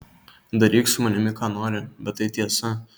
daryk su manimi ką nori bet tai tiesa